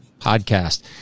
Podcast